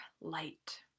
light